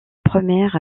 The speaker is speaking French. première